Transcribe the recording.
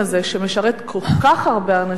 שמשרת כל כך הרבה אנשים,